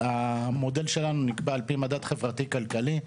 המודל שלנו נקבע על פי מדד חברתי כלכלי,